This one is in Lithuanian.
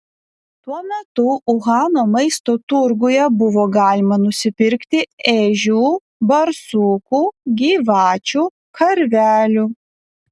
tuo metu uhano maisto turguje buvo galima nusipirkti ežių barsukų gyvačių karvelių